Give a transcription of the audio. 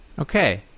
Okay